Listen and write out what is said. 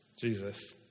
Jesus